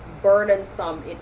burdensome